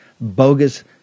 bogus